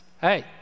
hey